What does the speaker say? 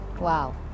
Wow